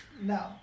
No